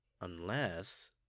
Unless